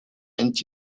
and